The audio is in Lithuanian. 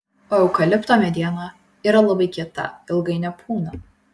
o eukalipto mediena yra labai kieta ilgai nepūna